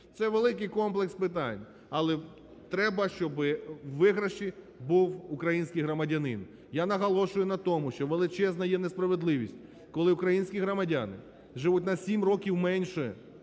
Це великий комплекс питань, але треба, щоби у виграші був український громадянин. Я наголошую на тому, що величезна є несправедливість, коли українські громадяни живуть на 7 років менше,